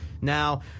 Now